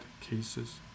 cases